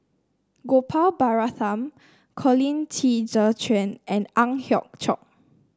Gopal Baratham Colin Qi Zhe Quan and Ang Hiong Chiok